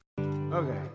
Okay